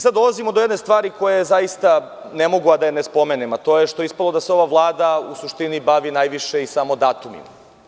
Sada dolazimo do jedne stvari koju ne mogu a da ne spomenem, a to je što je ispalo da se ova Vlada u suštini bavi najviše i samo datumima.